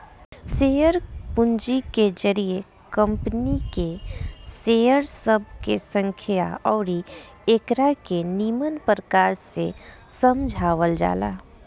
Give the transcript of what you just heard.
share पूंजी के जरिए कंपनी के शेयर सब के संख्या अउरी एकरा के निमन प्रकार से समझावल जाला